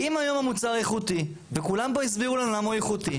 אם היום המוצר איכותי וכולם פה הסבירו לנו למה הוא איכותי,